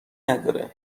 نداره